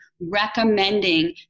recommending